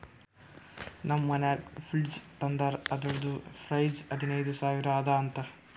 ನಮ್ ಮನ್ಯಾಗ ಫ್ರಿಡ್ಜ್ ತಂದಾರ್ ಅದುರ್ದು ಪ್ರೈಸ್ ಹದಿನೈದು ಸಾವಿರ ಅದ ಅಂತ